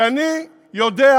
כי אני יודע,